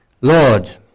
Lord